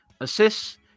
Assists